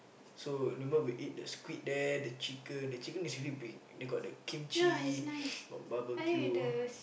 so remember we eat the squid there the chicken the chicken is really big got the kimchi got barbeque